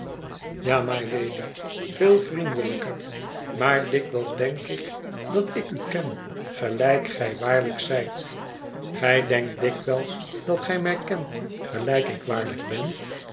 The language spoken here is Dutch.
mylady veel vriendelijker maar dikwijls denk ik dat ik u ken gelijk gij waarlijk zijt gij denkt dikwijls dat gij mij kent gelijk ik waarlijk ben